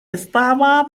estaba